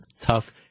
tough